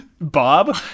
Bob